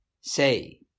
Say